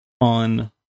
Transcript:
on